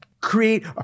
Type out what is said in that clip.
create